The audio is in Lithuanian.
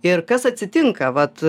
ir kas atsitinka vat